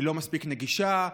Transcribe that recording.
היא לא מספיק נגישה,